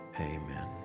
Amen